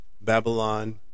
Babylon